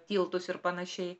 tiltus ir panašiai